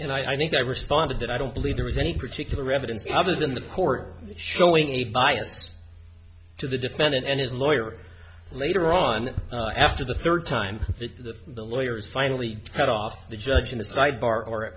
and i think i responded that i don't believe there was any particular evidence other than the court showing a bias to the defendant and his lawyer later on after the third time the lawyers finally cut off the judge in the sidebar or